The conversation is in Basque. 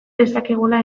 dezakegula